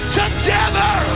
together